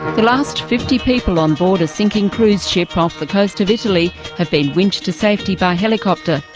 the last fifty people on board a sinking cruise ship off the coast of italy have been winched to safety by helicopter.